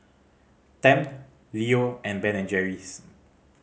Tempt Leo and Ben and Jerry's